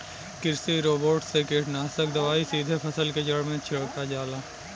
कृषि रोबोट से कीटनाशक दवाई सीधे फसल के जड़ में छिड़का जाला